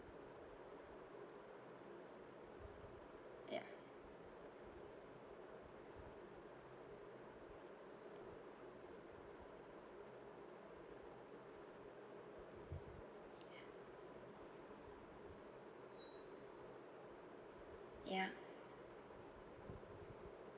yeah yeah